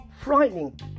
frightening